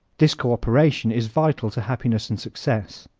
this co-operation is vital to happiness and success.